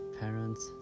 parents